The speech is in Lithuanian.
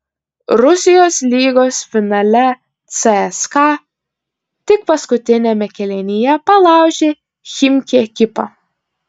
rusijos lygos finale cska tik paskutiniame kėlinyje palaužė chimki ekipą